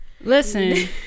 Listen